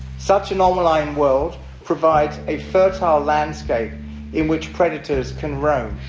such an um online world provides a fertile landscape in which predators can roam.